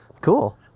Cool